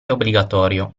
obbligatorio